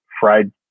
fried